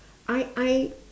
I I